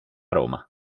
roma